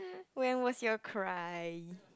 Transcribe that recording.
when was your cry